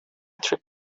trip